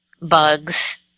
bugs